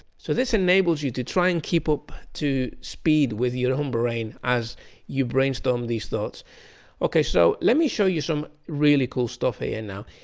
so this enables you to try and keep up to speed with your own brain as you brainstorm these thoughts okay. so let me show you some really cool stuff here. and now,